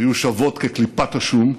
היו שוות לקליפת השום.